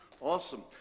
Awesome